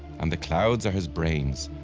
and the clouds are his brains,